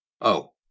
Oh